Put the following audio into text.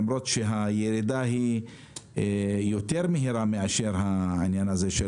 למרות שירידת שווי הרכב היא יותר מהירה מהעניין הזה.